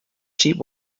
sheep